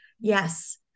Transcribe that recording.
Yes